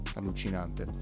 allucinante